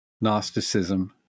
Gnosticism